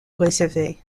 réservé